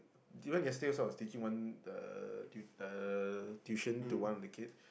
even yesterday also I was teaching one uh tu~ uh tuition to one of the kid